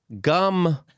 gum